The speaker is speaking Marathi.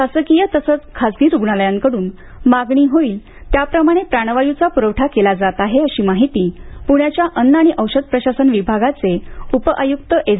शासकीय तसंच खासगी रुग्णालयांकडून मागणी होईल त्याप्रमाणे प्राणवायूचा प्रवठा केला जात आहे अशी माहिती पृण्याच्या अन्न आणि औषध प्रशासन विभागाचे उपआयुक्त एस